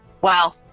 Wow